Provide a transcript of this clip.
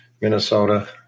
Minnesota